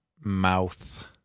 mouth